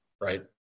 right